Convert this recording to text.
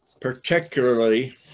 particularly